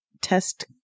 test